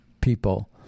people